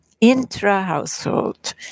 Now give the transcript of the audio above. intra-household